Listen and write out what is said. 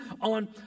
on